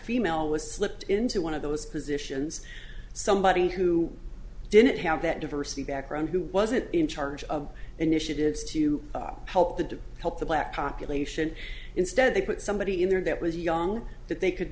female was slipped into one of those positions somebody who didn't have that diversity background who wasn't in charge of initiatives to help the help the black population instead they put somebody in there that was young that they could